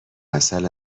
عسل